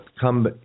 come